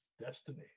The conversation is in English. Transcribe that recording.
destiny